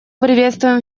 приветствуем